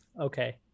Okay